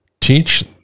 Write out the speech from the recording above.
teach